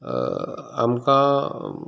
आमकां